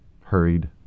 hurried